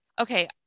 okay